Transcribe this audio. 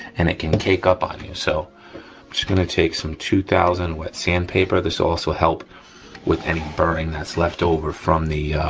and it can cake up on you. so i'm just gonna take some two thousand, wet sandpaper. this also help with any burring that's left over from the